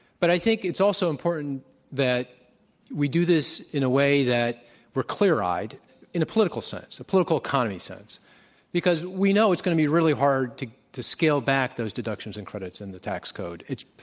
but i think it's also important that we do this in a way that we're clear-eyed, because in a political sense, a political economy sense because we know it's going to be really hard to to scale back those deductions and credits in the tax code. it's